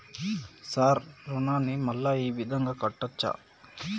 Sir రుణాన్ని మళ్ళా ఈ విధంగా కట్టచ్చా?